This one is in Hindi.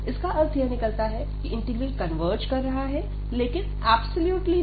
इसका अर्थ यह निकलता है की इंटीग्रल कन्वर्ज कर रहा है लेकिन ऐब्सोल्युटली नहीं